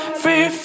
free